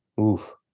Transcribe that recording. Oof